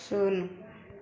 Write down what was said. ଶୂନ